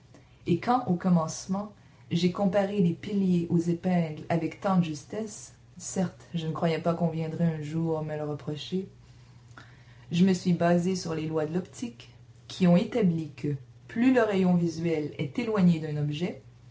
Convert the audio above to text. et quand au commencement j'ai comparé les piliers aux épingles avec tant de justesse certes je ne croyais pas qu'on viendrait un jour me le reprocher je me suis basé sur les lois de l'optique qui ont établi que plus le rayon visuel est éloigné d'un objet